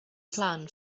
plan